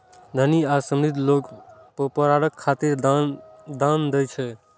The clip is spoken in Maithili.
धनी आ समृद्ध लोग परोपकार खातिर दान दै छै